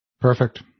Perfect